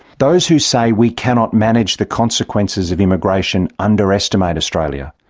those who say we cannot manage the consequences of immigration underestimate australia.